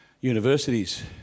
Universities